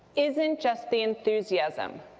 isn't just the enthusiasm